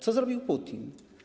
Co zrobił Putin?